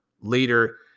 later